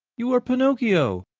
you are pinocchio.